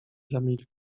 zamilkli